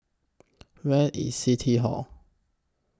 Where IS City Hall